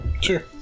Sure